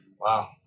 Wow